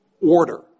order